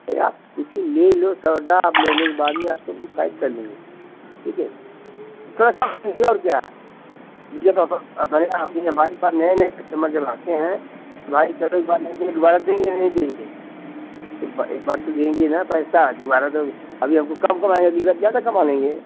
अरे आप देखिए ले लो सौदा आप लेने के बाद में आपको किफायत कर लेंगे ठीक है देंगे और क्या आपने हमारे पास नए नए कस्टमर जब आते हैं तो भाई नहीं चाहिए दोबारा देंगे या नहीं देंगे एक बार एक बार तो देंगे ही ना पैसा दोबारा तो अभी हमको कम कमाया है अगली बार ज़्यादा कमा लेंगे